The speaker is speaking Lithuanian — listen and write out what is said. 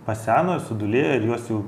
paseno ir sudūlėjo ir juos jau